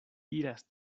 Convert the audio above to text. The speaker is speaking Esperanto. iras